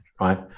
right